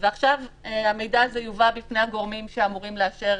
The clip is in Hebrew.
ועכשיו המידע הזה יובא בפני הגורמים שאמורים לאשר